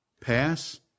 Pass